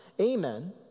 Amen